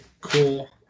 cool